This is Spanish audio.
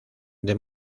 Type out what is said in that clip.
the